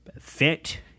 fit